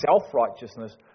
Self-righteousness